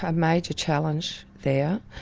ah major challenge there.